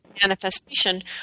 manifestation